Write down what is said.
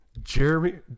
Jeremy